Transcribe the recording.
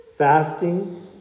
Fasting